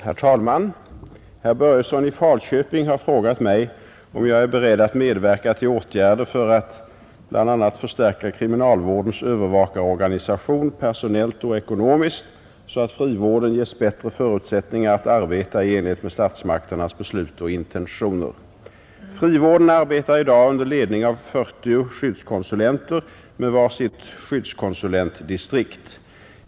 Herr talman! Herr Börjesson i Falköping har frågat mig om jag är beredd att medverka till åtgärder för att bl.a. förstärka kriminalvårdens övervakarorganisation personellt och ekonomiskt så att frivården ges bättre förutsättningar att arbeta i enlighet med statsmakternas beslut och intentioner. Frivården arbetar i dag under ledning av 40 skyddskonsulenter med var sitt skyddskonsulentdistrikt.